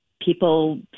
people